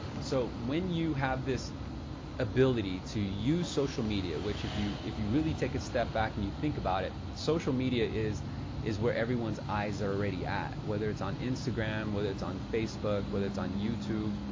so when you have this ability to use social media, which if you if you really take a step back and you think about it, social media is is where everyone's eyes are already at. whether it's on instagram, whether it's on facebook, whether it's on youtube.